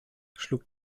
schlug